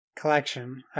collection